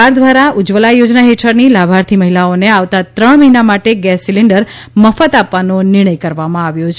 સરકાર દ્વારા ઉજ્જવલા યોજના હેઠળની લાભાર્થી મહિલાઓને આવતા ત્રણ મહિના માટે ગેસ સિલિન્ડર મફત આપવાનો નિર્ણય કરવામાં આવેલ છે